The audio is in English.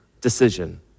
decision